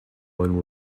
bon